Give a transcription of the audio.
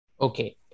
Okay